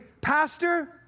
Pastor